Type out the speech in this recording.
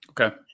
Okay